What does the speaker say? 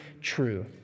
true